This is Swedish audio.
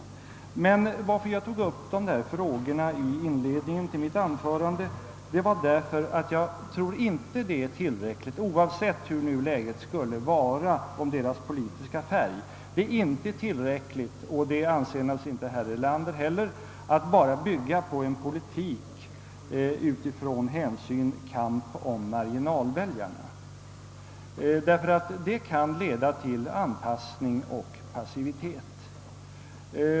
Anledningen till att jag tog upp dessa frågor i inledningen till mitt anförande var att jag inte tror att det är tillräckligt oavsett hur läget skulle vara beträffande marginalväljarnas politiska färg, att bygga en politik enbart utifrån hänsynen till kampen om marginalväljarna, ty det kan leda till anpassning och passivitet.